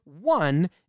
One